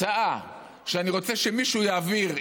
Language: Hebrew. הצעה שאני רוצה שמישהו יעביר,